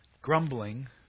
grumbling